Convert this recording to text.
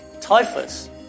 Typhus